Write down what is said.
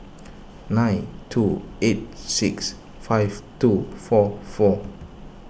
nine two eight six five two four four